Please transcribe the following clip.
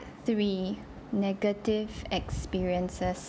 three negative experiences